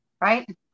Right